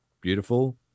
beautiful